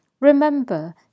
Remember